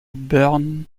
burns